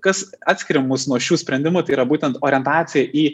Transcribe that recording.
kas atskiria mus nuo šių sprendimų tai yra būtent orientacija į